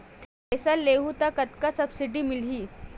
Thresher लेहूं त कतका सब्सिडी मिलही?